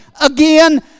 again